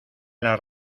las